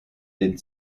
den